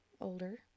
older